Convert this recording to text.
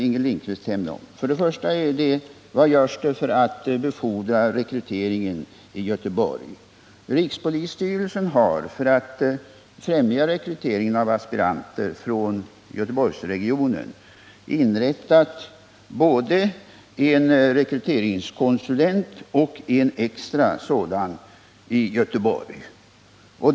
Inger Lindquist frågade för det första vad som görs för att befordra rekryteringen i Göteborg. Rikspolisstyrelsen har för att främja rekryteringen av aspiranter från Göteborgsregionen i Göteborg inrättat både en tjänst som rekryteringskonsulent och en extra sådan.